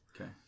Okay